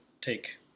take